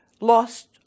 lost